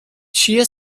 چیه